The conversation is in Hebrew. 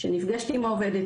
שנפגשת עם העובדת,